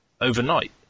overnight